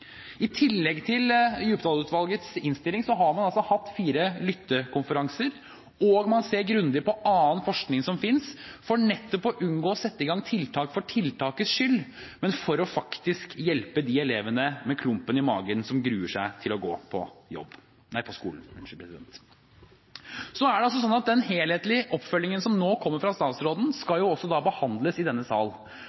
I tillegg til Djupedal-utvalgets innstilling har man hatt fire lyttekonferanser, og man ser grundig på annen forskning som finnes, nettopp for å unngå å sette i gang tiltak for tiltakets skyld, men for faktisk å hjelpe elevene med klump i magen som gruer seg til å gå på skolen. Så skal den helhetlige oppfølgingen som nå kommer fra statsråden, også behandles i denne sal. Derfor mener jeg at det er noe problematisk hvis vi nå